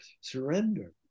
surrender